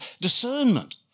discernment